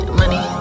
money